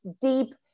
deep